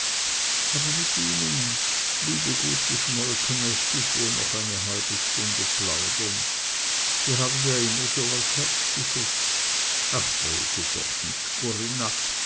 aber mit ihnen liebe gute schmolke möchte ich wohl noch eine halbe stunde plaudern sie haben ja immer so was herzliches ach rede doch nich corinna